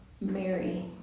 Mary